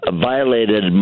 violated